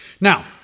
Now